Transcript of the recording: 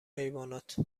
حیوانات